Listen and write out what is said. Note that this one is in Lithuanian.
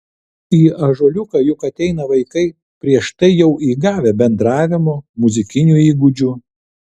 į ąžuoliuką juk ateina vaikai prieš tai jau įgavę bendravimo muzikinių įgūdžių